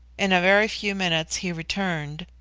in a very few minutes he returned,